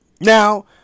Now